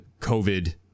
COVID